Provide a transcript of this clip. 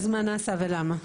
אז מה נעשה ולמה.